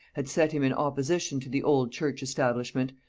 had set him in opposition to the old church establishment,